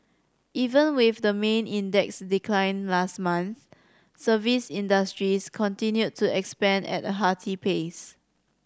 even with the main index's decline last month service industries continued to expand at a hearty pace